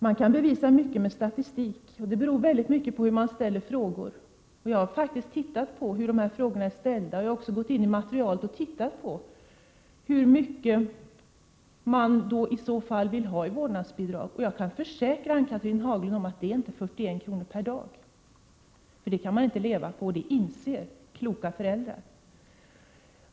Man kan bevisa mycket med statistik. Resultaten beror väldigt mycket på hur man ställer frågor. Jag har faktiskt tittat på hur dessa frågor är ställda. Jag har också gått in i materialet och tittat på hur mycket föräldrarna i så fall vill ha i vårdnadsbidrag. Jag kan försäkra Ann-Cathrine Haglund att det inte är 41 kr. per dag. Det kan man inte leva på, och det inser kloka föräldrar.